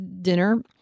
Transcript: dinner